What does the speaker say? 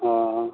हँ